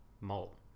Malt